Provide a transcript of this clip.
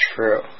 true